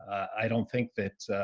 i don't think that,